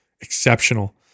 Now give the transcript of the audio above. exceptional